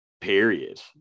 period